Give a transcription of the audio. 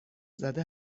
زده